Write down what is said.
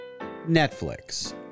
Netflix